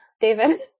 David